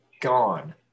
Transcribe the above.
gone